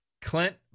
Clint